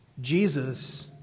Jesus